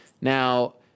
Now